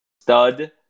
stud